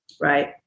Right